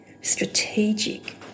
strategic